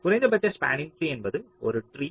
குறைந்தபட்ச spanning tree என்பது ஒரு ட்ரீ